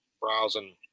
browsing